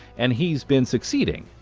and he's been succeeding.